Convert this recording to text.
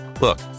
Look